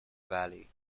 valley